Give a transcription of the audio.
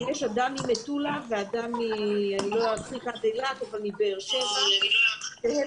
אם יש אדם ממטולה ואדם מאילת או מבאר שבע והם